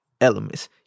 elements